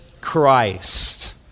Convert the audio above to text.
Christ